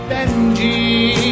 Benji